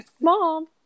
Mom